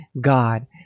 God